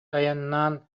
айаннаан